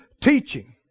teaching